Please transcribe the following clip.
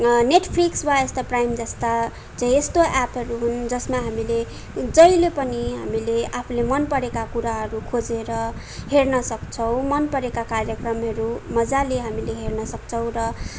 Netflix वा यस्ता Prime जस्ता चाहिँ यस्तो एपहरू हुन् जसमा हामीले जहिले पनि हामीले आफूले मनपरेका कुराहरू खोजेर हेर्न सक्छौँ मनपरेका कार्यक्रमहरू मज्जाले हामीले हेर्नसक्छौँ